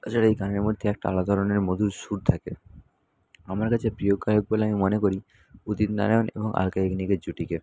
তাছাড়া এই গানের মধ্যে একটা আলাদা ধরনের মধুর সুর থাকে আমার কাছে প্রিয় গায়ক বলে আমি মনে করি উদিত নারায়ণ এবং আলকা ইয়াগনিকের জুটিকে